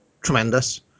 tremendous